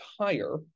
higher